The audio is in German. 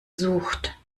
sucht